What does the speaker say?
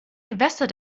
gewässer